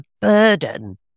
burden